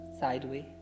sideways